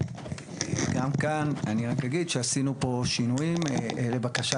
38(ב3)"; גם כאן אני רק אגיד שעשינו פה שינויים לבקשת